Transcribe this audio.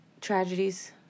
tragedies